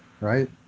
right